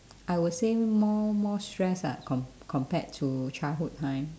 I would say more more stress ah com~ compared to childhood time